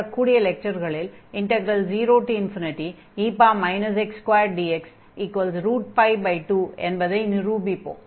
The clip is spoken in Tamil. வரக்கூடிய லெக்சர்களில் 0e x2dx2 என்பதை நிரூபிப்போம்